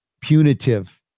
punitive